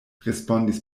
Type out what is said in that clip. respondis